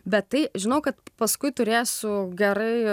bet tai žinau kad paskui turėsiu gerai